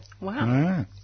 Wow